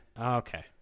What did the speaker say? Okay